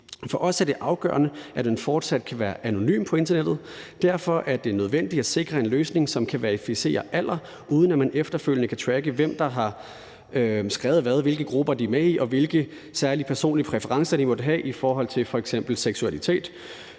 For os er det afgørende, at man fortsat kan være anonym på internettet. Derfor er det nødvendigt at sikre en løsning, som kan verificere alder, uden at man efterfølgende kan tracke, hvem der har skrevet hvad, hvilke grupper de er med i, og hvilke særlige personlige præferencer de måtte have i forhold til f.eks. seksualitet.